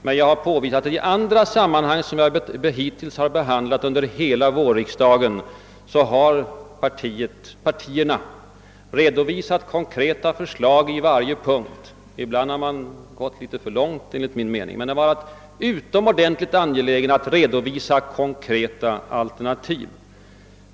Men jag har påvisat att i andra sammanhang vilka hittills behandlats under vårriksda gen har partierna framlagt konkreta förslag på olika punkter. Ibland har man därvidlag gått litet för långt enligt min uppfattning, men man här varit angelägen om att redovisa alternativ.